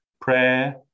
prayer